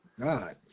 God